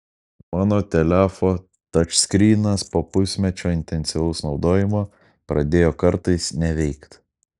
mano telefo tačskrynas po pusmečio intensyvaus naudojimo pradėjo kartais neveikt